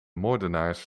moordenaars